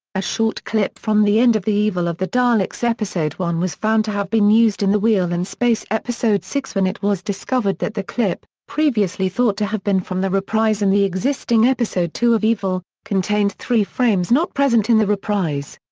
a short clip from the end of the evil of the daleks episode one was found to have been used in the wheel in and space episode six when it was discovered that the clip, previously thought to have been from the reprise in the existing episode two of evil, contained three frames not present in the reprise.